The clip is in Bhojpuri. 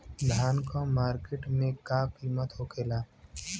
धान क मार्केट में का कीमत होखेला?